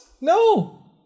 no